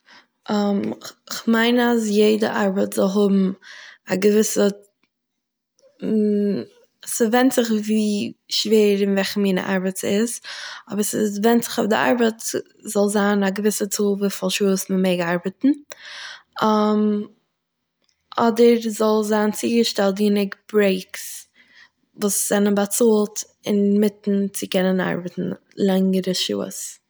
כ'מיין אז יעדער ארבעט זאל האבן א געוויסע- ס'ווענדט זיך ווי שווער און וועלכע מין ארבעט ס'איז. אבער ס'איז ווענדט זיך אויף די ארבעט זאל זיין א געוויסע צאל וויפיל שעות מען מעג ארבעטן, אדער זאל זיין צוגעשטעלט ברעיקס וואס זענען באצאלט אינמיטן צו קענען ארבעטן לאנגערע שעות